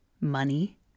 money